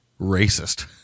Racist